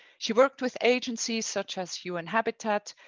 she worked with agencies such as un habitat,